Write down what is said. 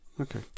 Okay